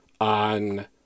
on